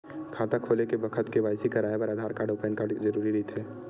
खाता खोले के बखत के.वाइ.सी कराये बर आधार कार्ड अउ पैन कार्ड जरुरी रहिथे